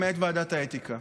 למעט ועדת האתיקה.